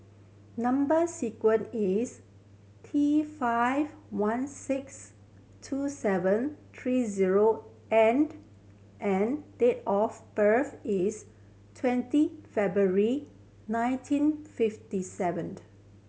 number sequence is T five one six two seven three zero and N date of birth is twenty February nineteen fifty seven